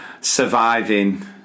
surviving